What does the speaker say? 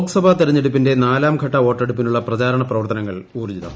ലോക്സഭാ തെരഞ്ഞെടുപ്പിന്റെ നാലാംഘട്ട വോട്ടെടുപ്പിനുള്ള പ്രചാരണപ്രവർത്തനങ്ങൾ ഊർജ്ജിതം